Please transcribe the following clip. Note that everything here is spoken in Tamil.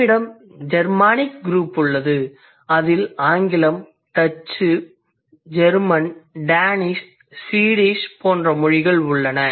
நம்மிடம் ஜெர்மானிக் குரூப் உள்ளது அதில் ஆங்கிலம் டச்சு ஜெர்மன் டேனிஷ் மற்றும் ஸ்வீடிஷ் போன்ற மொழிகள் உள்ளன